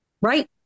right